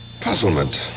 puzzlement